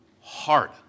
hard